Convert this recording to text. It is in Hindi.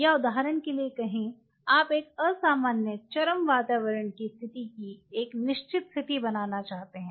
या उदाहरण के लिए कहें आप एक असामान्य चरम वातावरण की स्थिति की एक निश्चित स्थिति बनाना चाहते हैं